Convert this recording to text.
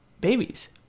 babies